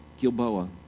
Gilboa